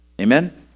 Amen